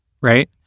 right